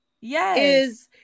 Yes